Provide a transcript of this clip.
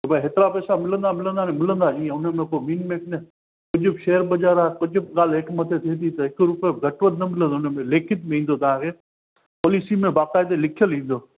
भई हेतिरा पैसा मिलंदा मिलंदा त मिलंदा ई हुनमें को विन मेट न अॼु बि शेयर बज़ारु आहे कुझु बि ॻाल्हि हेठि मथे थिए थी त हिकु रुपयो बि घटि वधु न मिलंदो हुनमें लिखित में ईंदो तव्हांखे पोलीसी में बाक़ाइदा लिखियलु ईंदो